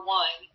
one